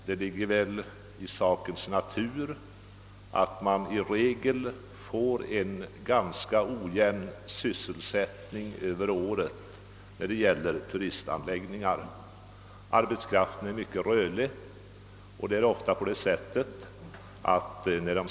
Det ligger i sakens natur, att sysselsättningen vid turistanläggningar i regel blir ganska ojämn under året. Arbetskraften där är mycket rörlig.